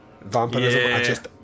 vampirism